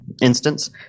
instance